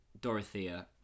dorothea